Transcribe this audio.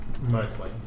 Mostly